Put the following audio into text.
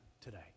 today